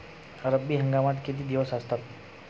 रब्बी हंगामात किती दिवस असतात?